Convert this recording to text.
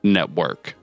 Network